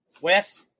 Wes